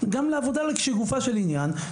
גם העבודה לגופו של עניין.